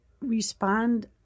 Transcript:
respond